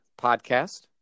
podcast